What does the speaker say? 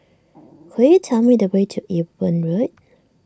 could you tell me the way to Ewe Boon Road